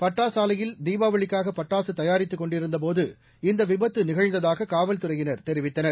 பட்டாசு ஆலையில் தீபாவளிக்காக பட்டாசு தயாரித்துக் கொண்டிருந்த போது இந்த விபத்து நிகழ்ந்ததாக காவல்துறையினர் தெரிவித்தனர்